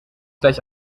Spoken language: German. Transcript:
gleich